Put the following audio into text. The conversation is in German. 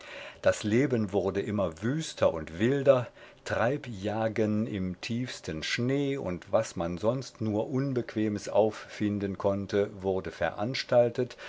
das leben wurde immer wüster und wilder treibjagen im tiefsten schnee und was man sonst nur unbequemes auffinden konnte wurde veranstaltet